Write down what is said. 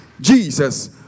Jesus